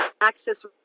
access